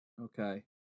Okay